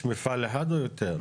יש מפעל אחד או יותר?